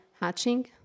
hatching